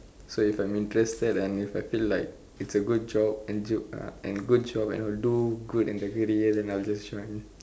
so if I'm interested and if I feel like it's a good job and job uh and good job and I'll do good in the career then I'll just join